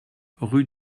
rue